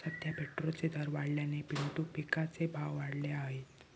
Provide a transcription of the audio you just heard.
सध्या पेट्रोलचे दर वाढल्याने पिंटू पिकाचे भाव वाढले आहेत